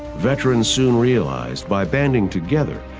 veterans soon realized by banding together,